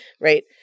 right